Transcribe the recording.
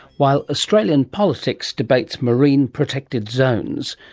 while australian politics debates marine protected zones,